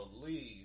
believe